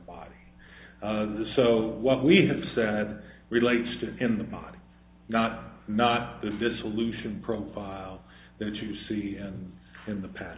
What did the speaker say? body so what we have sad relates to in the body not not the dissolution profile that you see and in the past